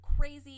crazy